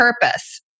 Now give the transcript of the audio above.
purpose